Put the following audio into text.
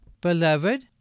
beloved